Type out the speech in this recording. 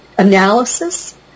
Analysis